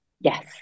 Yes